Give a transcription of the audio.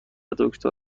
دکتر